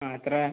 ആ എത്ര